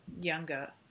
younger